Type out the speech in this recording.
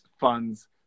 funds